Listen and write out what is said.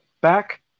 Back